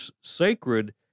sacred